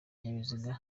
ibinyabiziga